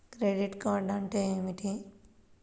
Credit card అంటే ఏమిటి?